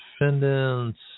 defendants